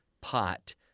pot